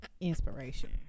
inspiration